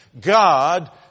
God